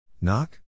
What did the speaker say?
Knock